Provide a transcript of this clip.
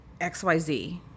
XYZ